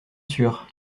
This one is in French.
sûr